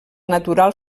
natural